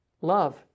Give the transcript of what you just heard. love